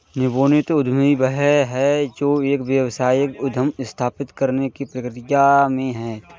नवोदित उद्यमी वह है जो एक व्यावसायिक उद्यम स्थापित करने की प्रक्रिया में है